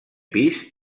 pis